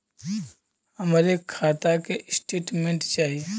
हमरे खाता के स्टेटमेंट चाही?